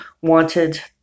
wanted